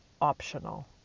optional